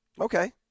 Okay